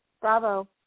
bravo